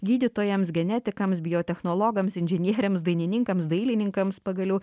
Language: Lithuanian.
gydytojams genetikams biotechnologams inžinieriams dainininkams dailininkams pagaliau